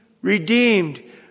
redeemed